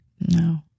No